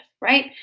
right